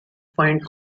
find